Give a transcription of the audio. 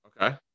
Okay